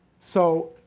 so,